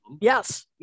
Yes